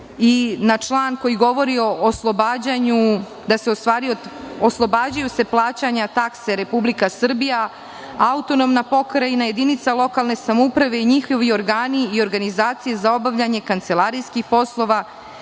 gde se u stvari oslobađaju plaćanja takse Republika Srbija, autonomna pokrajina, jedinica lokalne samouprave i njihovi organi i organizacije za obavljanje kancelarijskih poslova